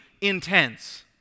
Intense